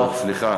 טוב, סליחה.